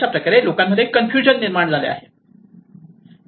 लोकांमध्ये कन्फ्युजन निर्माण झाले आहे